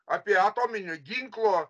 apie atominio ginklo